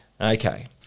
Okay